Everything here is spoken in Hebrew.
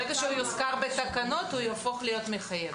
ברגע שהוא יוזכר בתקנות, הוא יהפוך להיות מחייב.